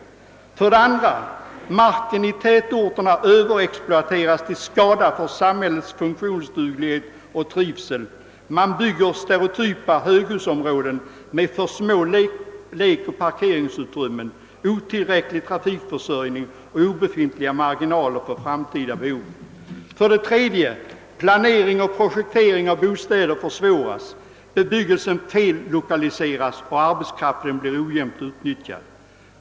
För det andra överexploateras marken i tätorterna till skada för samhällets funktionsduglighet och trivsel — det byggs stereotypa höghusområden med alltför små lekoch parkeringsutrymmen, otillräcklig trafikförsörjning och obefintliga marginaler för framtida behov. För det tredje försvåras planering och projektering av bostäder, bebyggelsen fellokaliseras och arbetskraften blir ojämnt utnyttjad.